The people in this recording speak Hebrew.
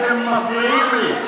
אתם מפריעים לי.